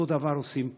אותו דבר עושים פה.